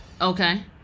Okay